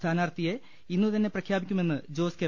സ്ഥാനാർത്ഥിയെ ഇന്നുതന്നെ പ്രഖ്യാപിക്കുമെന്ന് ജോസ് കെ